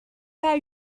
pas